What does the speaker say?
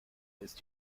ist